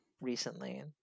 recently